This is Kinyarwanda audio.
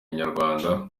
inyarwanda